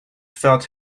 felt